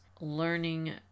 learning